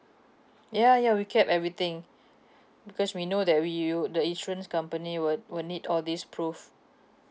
ya ya we kept everything because we know that we you would the insurance company will will need all these prove